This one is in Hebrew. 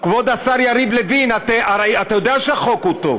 כבוד השר יריב לוין, הרי אתה יודע שהחוק הוא טוב,